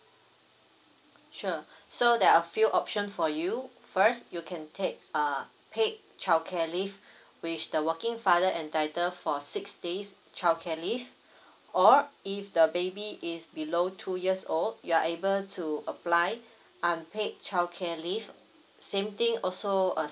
sure so there are a few option for you first you can take err paid childcare leave which the working father entitled for six days childcare leave or if the baby is below two years old you are able to apply unpaid childcare leave same thing also